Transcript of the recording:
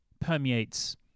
permeates